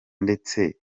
ndetse